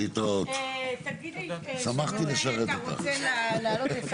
הישיבה נעולה.